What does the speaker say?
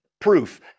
proof